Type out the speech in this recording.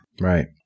Right